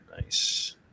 Nice